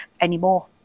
anymore